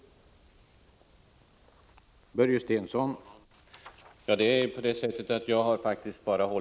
Om planerna på nya